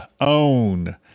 own